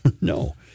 no